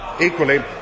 Equally